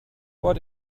what